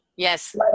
Yes